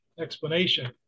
explanation